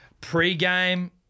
pre-game